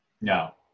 No